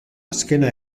azkena